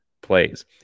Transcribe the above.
plays